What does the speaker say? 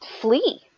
flee